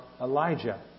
Elijah